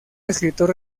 escritor